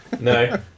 No